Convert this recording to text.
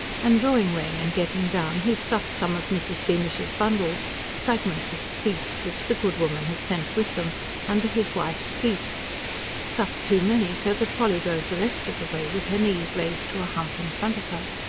and drawing rein and getting down, he stuffed some of mrs. beamish's bundles fragments of the feast, which the good woman had sent with them under his wife's feet stuffed too many, so that polly drove the rest of the way with her knees raised to a hump in front of her.